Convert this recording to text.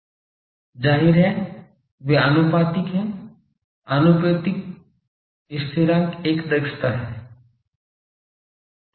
जाहिर है वे आनुपातिक हैं आनुपातिक स्थिरांक एक दक्षता है